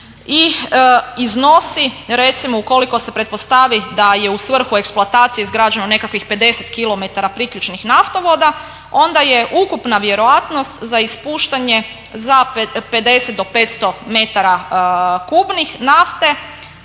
i iznosi recimo u koliko se pretpostavi da je u svrhu eksploatacije izgrađeno nekakvih 50 kilometara priključnih naftovoda onda je ukupna vjerojatnost za ispuštanje za 50 do 500 metara kubnih nafte.